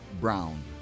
brown